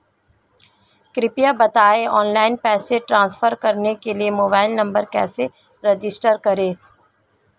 कृपया बताएं ऑनलाइन पैसे ट्रांसफर करने के लिए मोबाइल नंबर कैसे रजिस्टर करें?